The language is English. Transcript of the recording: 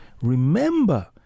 Remember